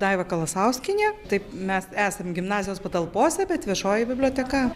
daiva kalasauskienė taip mes esam gimnazijos patalpose bet viešoji biblioteka